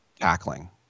tackling